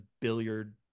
billiard